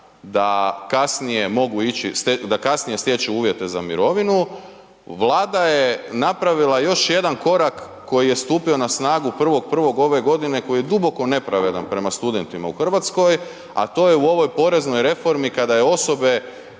da kasnije stječu uvjete za mirovinu, Vlada je napravila još jedan korak koji je stupio na snagu 1.1. ove godine koji je duboko nepravedan prema studentima u Hrvatskoj a to je u ovoj poreznoj reformi kada je osoba